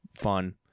fun